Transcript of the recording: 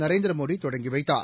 நரேந்திரமோடிதொடங்கிவைத்தார்